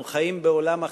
אנחנו חיים בעולם אחר.